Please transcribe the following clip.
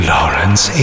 Lawrence